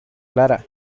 clara